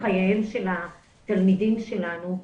בחייהם של התלמידים שלנו,